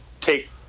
take